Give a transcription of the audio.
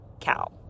cow